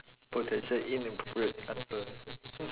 potential inappropriate answer